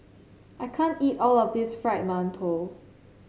I can't eat all of this Fried Mantou